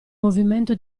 movimento